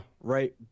Right